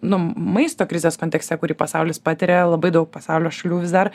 nu maisto krizės kontekste kurį pasaulis patiria labai daug pasaulio šalių vis dar